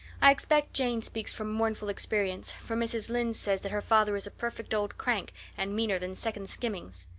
i expect jane speaks from mournful experience, for mrs. lynde says that her father is a perfect old crank, and meaner than second skimmings.